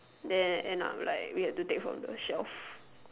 then end up like we have to take from the shelf